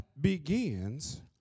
begins